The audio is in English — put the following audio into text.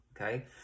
okay